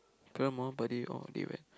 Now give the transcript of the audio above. Paramore but they orh they went